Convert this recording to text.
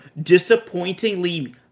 disappointingly